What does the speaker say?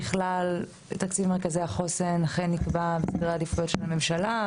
ככלל תקציב מרכזי החוסן אכן נקבע בסדרי עדיפויות של ממשלה,